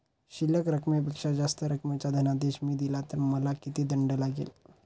शिल्लक रकमेपेक्षा जास्त रकमेचा धनादेश मी दिला तर मला किती दंड लागेल?